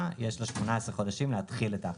יש לה 18 חודשים להתחיל את האכיפה,